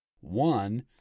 one